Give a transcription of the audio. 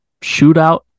shootout